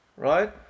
Right